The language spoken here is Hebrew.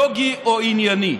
לוגי או ענייני.